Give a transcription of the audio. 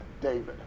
David